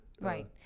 right